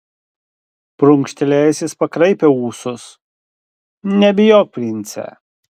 prunkštelėjęs jis pakraipė ūsus nebijok prince